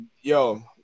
yo